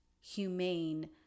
humane